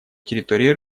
территории